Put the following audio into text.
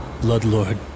Bloodlord